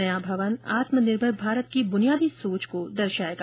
नया भवन आत्मनिर्भर भारत की बुनियादी सोच को दर्शाएगा